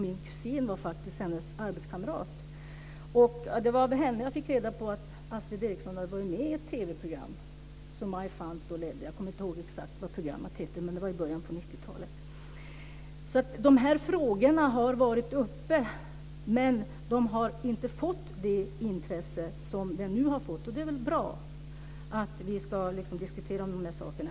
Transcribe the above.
Min kusin var faktiskt hennes arbetskamrat. Det var av henne jag fick reda på att Astrid Eriksson hade varit med i ett TV-program som Maj Fant ledde. Jag kommer inte ihåg exakt vad programmet hette, men det var i början på 90-talet. De här frågorna har varit uppe. Men de har inte fått det intresse som de nu har fått. Det är bra att vi nu ska diskutera de sakerna.